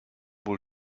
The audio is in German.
wohl